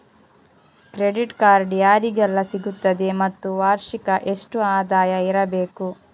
Credit card ಯಾರಿಗೆಲ್ಲ ಸಿಗುತ್ತದೆ ಮತ್ತು ವಾರ್ಷಿಕ ಎಷ್ಟು ಆದಾಯ ಇರಬೇಕು?